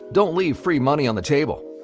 don't leave free money on the table.